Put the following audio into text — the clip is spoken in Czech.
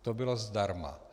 To bylo zdarma.